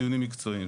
דיונים מקצועיים.